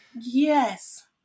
yes